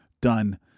done